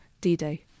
D-Day